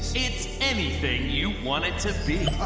it's anything you want it to be.